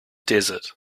desert